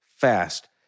fast